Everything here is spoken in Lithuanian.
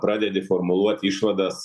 pradedi formuluot išvadas